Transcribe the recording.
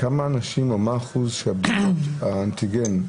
כמה אנשים או מה אחוז של הבדיקות הביתיות